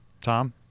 Tom